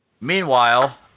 Meanwhile